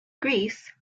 greece